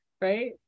right